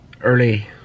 early